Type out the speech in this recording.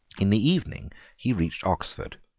in the evening he reached oxford.